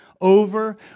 over